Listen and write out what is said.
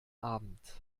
abend